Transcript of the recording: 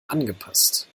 angepasst